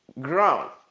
ground